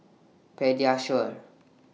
Pediasure